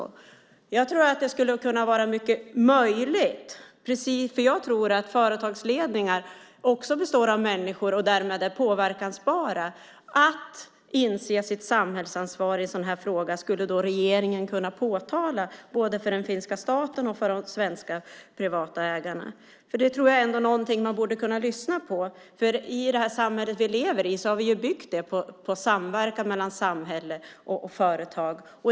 Det skulle vara möjligt för dem att inse sitt samhällsansvar i en sådan här fråga, för företagsledningar består av människor och är därmed påverkningsbara. Regeringen skulle kunna påtala detta ansvar för både finska staten och de svenska privata ägarna. Det är något man borde kunna lyssna på. Vi har ändå byggt det samhälle vi lever i på samverkan mellan samhälle och företag.